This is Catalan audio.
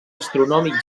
astronòmic